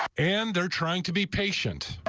and they're trying to be patient.